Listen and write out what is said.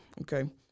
okay